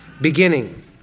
beginning